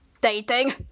dating